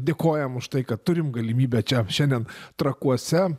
dėkojam už tai kad turim galimybę čia šiandien trakuose